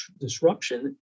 disruption